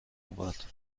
آورد